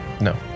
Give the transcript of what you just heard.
no